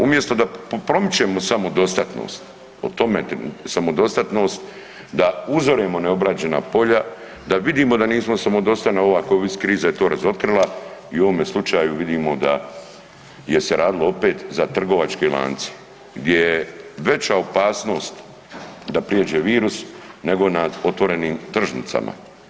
Umjesto da promičemo samodostatnost, o tome samodostatnost, da uzoremo neobrađena polja, da vidimo da nismo samodostatni, ova Covid kriza je to razotkrila i u ovome slučaju vidimo da je se radilo opet za trgovačke lance gdje je veća opasnost da prijeđe virus nego na otvorenim tržnicama.